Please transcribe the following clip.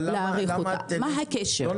מה הקשר?